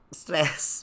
stress